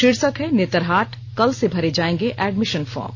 शीर्षक है नेतरहाट कल से भरे जाएंगे एडमिशन फार्म